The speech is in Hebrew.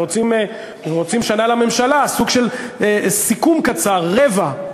רוצים שנה לממשלה, סוג של סיכום קצר, רבע.